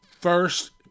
first